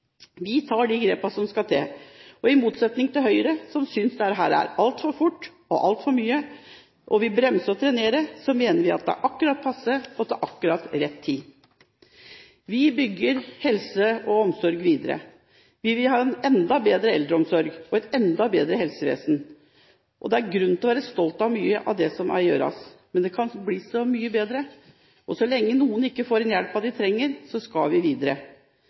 Vi tar de grepene som skal til. I motsetning til Høyre, som synes dette er altfor fort og altfor mye, og vil bremse og trenere, mener vi at det er akkurat passe og til akkurat rett tid. Vi bygger helse og omsorg videre. Vi vil ha en enda bedre eldreomsorg og et enda bedre helsevesen. Det er grunn til å være stolt av mye av det som gjøres, men det kan bli så mye bedre. Så lenge noen ikke får den hjelpen de trenger, skal vi videre.